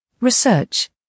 Research